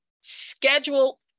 schedule